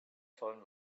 phone